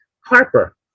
Harper